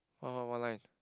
one one one line